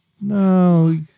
No